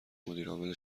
مدیرعامل